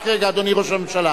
רק רגע, אדוני ראש הממשלה.